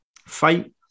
fight